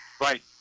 Right